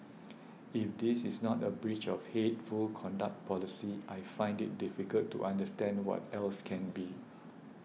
if this is not a breach of hateful conduct policy I find it difficult to understand what else can be